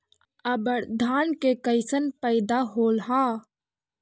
अबर धान के कैसन पैदा होल हा?